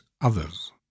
others